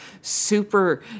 super